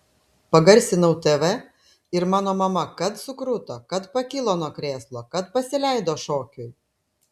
pagarsinau tv ir mano mama kad sukruto kad pakilo nuo krėslo kad pasileido šokiui